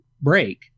break